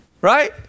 Right